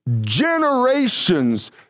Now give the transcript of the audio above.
generations